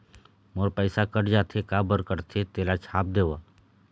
मोर पैसा कट जाथे काबर कटथे तेला छाप देव?